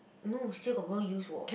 no still got people use